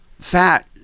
fat